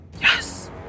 Yes